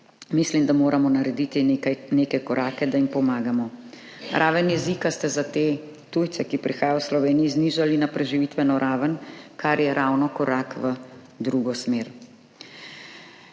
Mislim, da moramo narediti neke korake, da jim pomagamo. Raven jezika ste za te tujce, ki prihajajo v Slovenijo, znižali na preživitveno raven, kar je ravno korak v drugo smer.